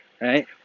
Right